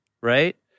right